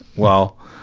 well,